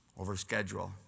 Overschedule